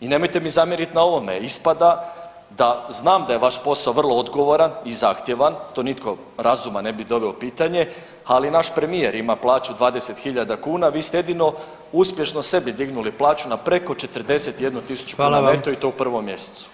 i nemojte mi zamjerit na ovome, ispada da znam da je vaš posao vrlo odgovoran i zahtijevan to nitko razuman ne bi doveo u pitanje, ali i naš premijer ima plaću 20.000 kuna, vi ste jedino sebi uspješno dignuli plaću preko 41.000 kuna neto [[Upadica: Hvala vam.]] i to u prvom mjesecu.